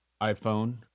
iPhone